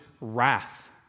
wrath